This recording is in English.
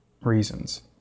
reasons